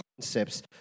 concepts